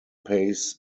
pays